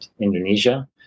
Indonesia